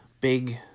big